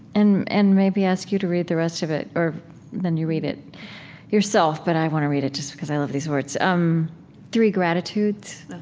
and and maybe ask you to read the rest of it. or then you read it yourself, but i want to read it just because i love these words. um three gratitudes.